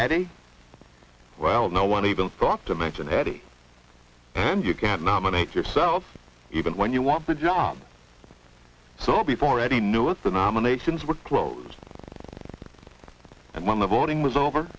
eddie well no one even thought to mention eddie you can't nominate yourself even when you want the job so before any new was the nominations were closed and when the morning was over